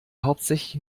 hauptsächlich